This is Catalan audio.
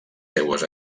seues